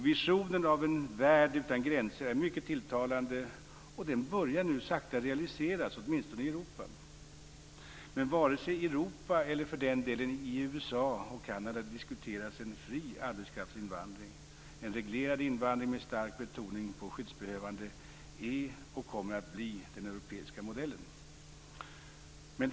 Visionen av en värld utan gränser är mycket tilltalande och börjar nu sakta realiseras åtminstone i Europa. Men varken i Europa eller för den delen i USA och Kanada diskuteras en fri arbetskraftsinvandring. En reglerad invandring med stark betoning på skyddsbehövande är och kommer att bli den europeiska modellen.